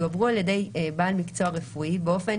יועברו על ידי בעל מקצוע רפואי באופן